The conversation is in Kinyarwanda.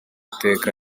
teka